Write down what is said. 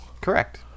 Correct